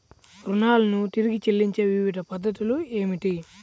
రుణాలను తిరిగి చెల్లించే వివిధ పద్ధతులు ఏమిటి?